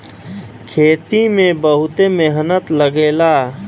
खेती में बहुते मेहनत लगेला